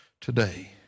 today